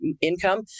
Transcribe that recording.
income